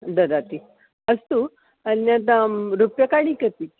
ददाति अस्तु अन्यत् रूप्यकाणि कति